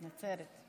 נצרת.